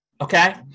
okay